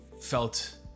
felt